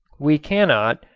we cannot,